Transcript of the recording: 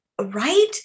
Right